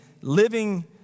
living